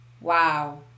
Wow